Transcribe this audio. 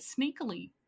sneakily